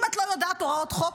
אם את לא יודעת הוראות חוק,